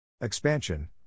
Expansion